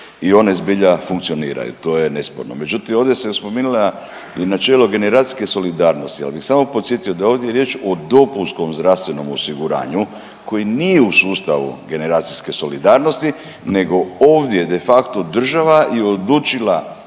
i one zbilja funkcioniraju, to je nesporno, međutim ovdje se spominjalo i načelo generacijske solidarnosti, ali samo podsjetio da je ovdje riječ o DZO-u koji nije u sustavu generacijske solidarnosti nego ovdje je de facto država je odlučila